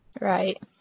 right